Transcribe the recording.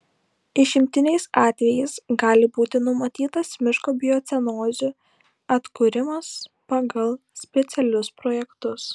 išimtiniais atvejais gali būti numatytas miško biocenozių atkūrimas pagal specialius projektus